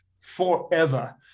forever